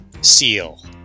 Seal